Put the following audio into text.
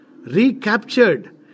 recaptured